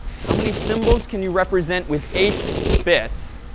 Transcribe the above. how many symbols can you represent with eight bits?